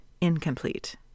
incomplete